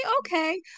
Okay